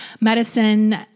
medicine